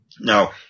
Now